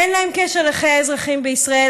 אין להם קשר לחיי האזרחים בישראל,